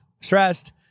stressed